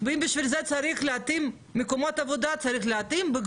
ואם בשביל זה צריך להתאים מקומות עבודה אז